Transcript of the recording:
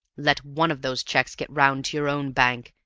let one of those checks get round to your own bank,